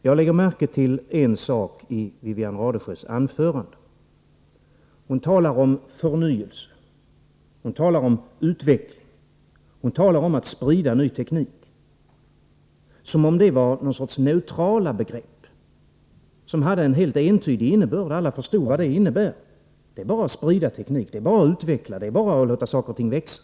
Jag lägger märke till en sak i Wivi-Anne Radesjös anförande: Hon talar om förnyelse, hon talar om utveckling, hon talar om att sprida ny teknik som om de vore någon sorts neutrala begrepp som hade en helt entydig innebörd, som om alla förstår vad de innebär. Det är bara att sprida teknik, det är bara att utveckla, det är bara att låta saker och ting växa.